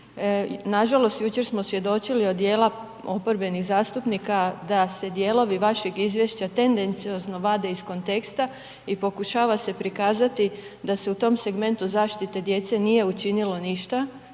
Nažalost jučer smo svjedočili od djela oporbenih zastupnika da se dijelovi vašeg izvješća tendenciozno vade iz konteksta i pokušava se prikazati da se u tom segmentu zaštite djece nije učinilo ništa,